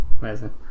Amazing